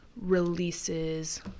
releases